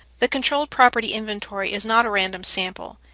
the controlled property inventory is not a random sample.